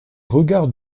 regards